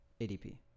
ADP